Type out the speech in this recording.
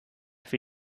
für